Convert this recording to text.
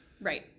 Right